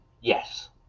Yes